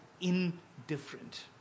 indifferent